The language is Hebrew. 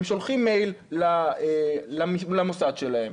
הם שולחים מייל למוסד שלהם,